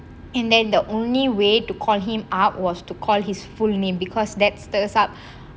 and then the only way to call him up was to call his full name because that's the asap